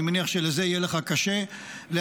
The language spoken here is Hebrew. אני מניח שלזה יהיה לך קשה להסכים,